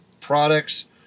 products